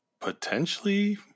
Potentially